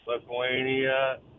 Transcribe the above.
Lithuania